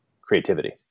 creativity